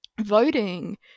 voting